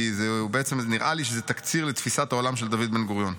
כי נראה לי שזה תקציר לתפיסת העולם של דוד בן-גוריון.